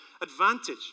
advantage